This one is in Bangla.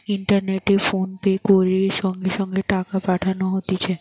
ইন্টারনেটে ফোনপে দিয়ে সঙ্গে সঙ্গে টাকা পাঠানো হতিছে